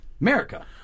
America